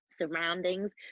surroundings